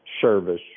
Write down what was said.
service